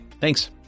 Thanks